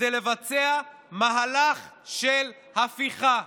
כדי לבצע מהלך של הפיכה,